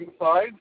inside